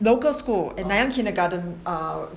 local school and then kindergarten err